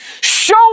Show